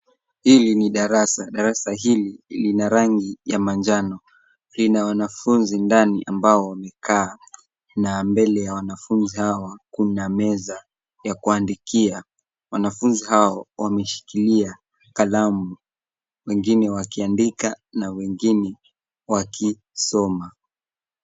Hili ni darasa. Darasa hili lina rangi ya manjano. Lina wanafunzi ndani ambao wamekaa na mbele ya wanafunzi hawa kuna meza ya kuandikia. Wanafunzi hao wameshikilia kalamu, wengine wakiandika na wengine wakisoma.